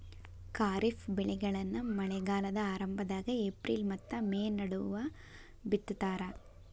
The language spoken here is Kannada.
ಖಾರಿಫ್ ಬೆಳೆಗಳನ್ನ ಮಳೆಗಾಲದ ಆರಂಭದಾಗ ಏಪ್ರಿಲ್ ಮತ್ತ ಮೇ ನಡುವ ಬಿತ್ತತಾರ